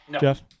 Jeff